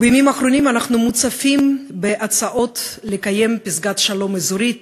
בימים האחרונים אנחנו מוצפים בהצעות: לקיים פסגת שלום אזורית,